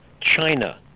China